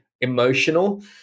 emotional